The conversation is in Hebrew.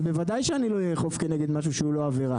אז בוודאי שאני לא אאכוף כנגד משהו שהוא לא עבירה.